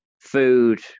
Food